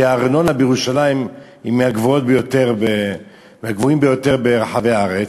כי הארנונה בירושלים היא מהגבוהות ביותר ברחבי הארץ,